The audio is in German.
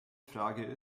frage